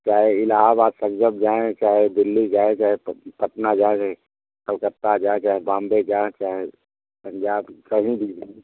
चाहे इलाहाबाद संगम जाएँ चाहे दिल्ली जाएँ चाहे पटना जाएँ चहे कलकत्ता जाएँ चाहे बाम्बे जाएँ चाहे पंजाब कहीं भी जाएँ